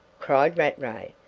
cried rattray.